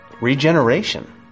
regeneration